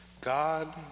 God